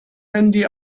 handy